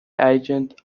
agent